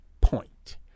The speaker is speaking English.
point